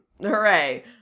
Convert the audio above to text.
hooray